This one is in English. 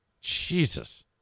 Jesus